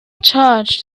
charged